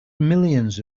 millions